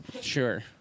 sure